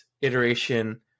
iteration